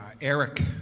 Eric